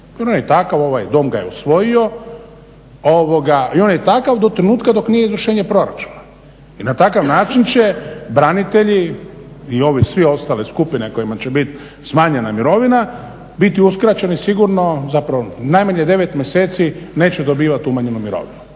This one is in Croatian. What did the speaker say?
on je takav ovaj Dom ga je usvojio i on je takav do trenutka dok nije izvršenje proračuna. i na takav način će branitelji i ove sve ostale skupine kojima će biti smanjena mirovina biti uskraćeni sigurno najmanje 9 mjeseci neće dobivati umanjenu mirovinu.